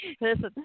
Listen